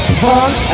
punk